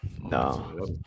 No